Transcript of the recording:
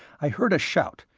i heard a shout,